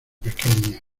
pequeña